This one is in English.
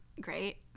great